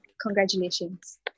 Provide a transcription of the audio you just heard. congratulations